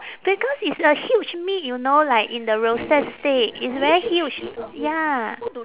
because it's a huge meat you know like in the roasted stick it's very huge ya